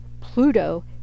Pluto